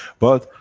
but,